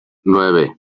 nueve